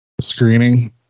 screening